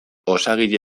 osagile